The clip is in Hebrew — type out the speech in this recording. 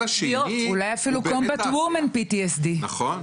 אולי אפילו Combat Woman PTSD. נכון.